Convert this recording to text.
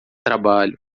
trabalho